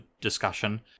discussion